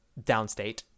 Downstate